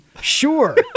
sure